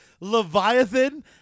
Leviathan